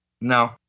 No